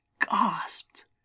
gasped